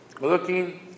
looking